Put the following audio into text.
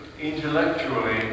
intellectually